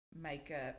Makeup